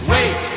Wait